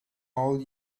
all